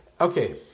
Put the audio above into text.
Okay